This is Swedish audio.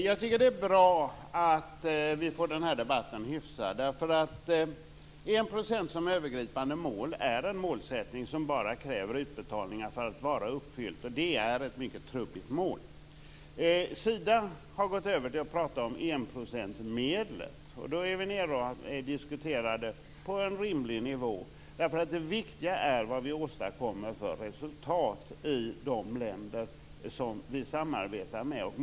Fru talman! Det är bra att vi får den här debatten hyfsad. Att ha 1 % som övergripande mål innebär att utbetalningar är det enda som krävs för att målet skall uppfyllas, och det är ett mycket trubbigt mål. Sida har gått över till att prata om enprocentsmedlet. Då är diskussionen nere på en rimlig nivå. Det viktiga är vilket resultat vi åstadkommer i de länder vi samarbetar med.